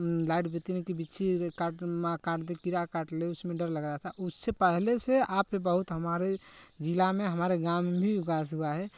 light बत्ती ने के बीचे काट मा काट दे कीड़ा काट ले उसमें डर लग रहा था उससे पहले से अबके बहुत हमारे जिला में हमारे गाँव में भी विकास हुआ है